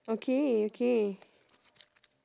okay okay